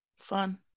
Fun